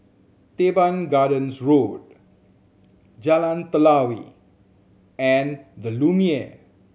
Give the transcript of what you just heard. Teban Gardens Road Jalan Telawi and The Lumiere